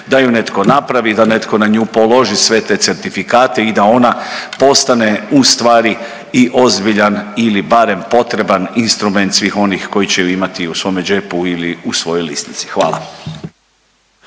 da ju netko napravi, da netko na nju položi sve te certifikate i da ona postane ustvari i ozbiljan ili barem potreban instrument svih onih koji će ju imati u svome džepu ili u svojoj lisnici. Hvala.